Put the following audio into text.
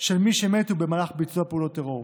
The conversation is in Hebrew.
של מי שמתו במהלך ביצוע פעולות טרור.